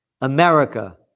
America